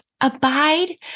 Abide